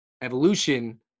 Evolution